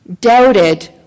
doubted